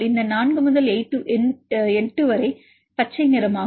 இந்த 4 முதல் 8 வரை இது பச்சை நிறமாகும்